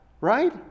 Right